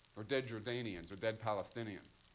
or dead jordanians or dead palestinians.